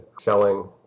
shelling